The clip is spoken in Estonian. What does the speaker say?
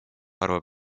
arvo